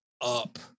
up